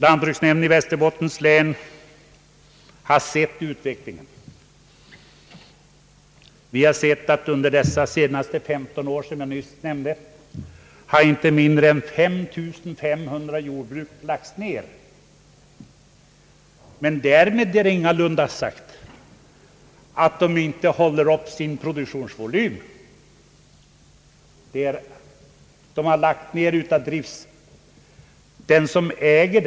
Lantbruksnämnden i Västerbottens län har sett denna utveckling. Under de senaste 15 åren har, såsom jag nyss nämnde, inte mindre än 5500 jordbruk lagts ned. Detta innebär ingalunda att de inte uppehållit sin produktions volym tills driften lagts ned.av ägaren.